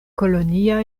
kolonia